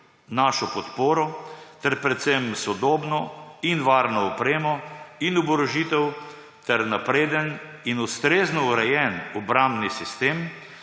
našo podporo ter predvsem sodobno in varno opremo, oborožitev ter napreden in ustrezno urejen obrambni sistem,